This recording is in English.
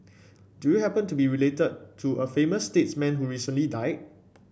do you happen to be related to a famous statesman who recently died